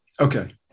Okay